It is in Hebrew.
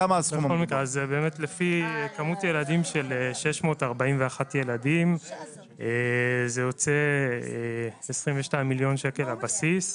לפי כמות ילדים של 641 ילדים זה יוצא 22 מיליון שקל הבסיס.